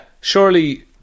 Surely